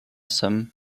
some